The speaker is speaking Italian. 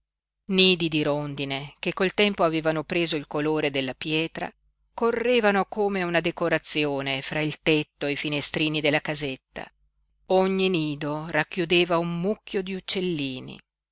nidi di rondine che col tempo avevano preso il colore della pietra correvano come una decorazione fra il tetto e i finestrini della casetta ogni nido racchiudeva un mucchio di uccellini